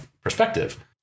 perspective